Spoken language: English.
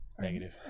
Negative